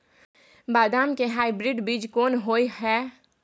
बदाम के हाइब्रिड बीज कोन होय है?